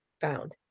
found